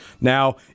now